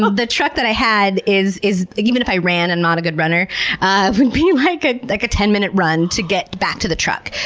ah the truck that i had is is even if i ran, and i'm not a good runner would be like ah like a ten minute run to get back to the truck.